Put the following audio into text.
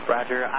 Roger